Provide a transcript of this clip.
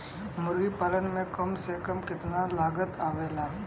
मुर्गी पालन में कम से कम कितना लागत आवेला?